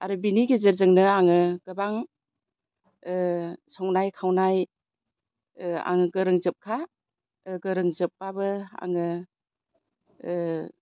आरो बिनि गेजेरजोंनो आङो गोबां संनाय खावनाय आङो गोरोंजोबखा गोरोंजोबब्लाबो आङो